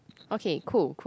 okay cool cool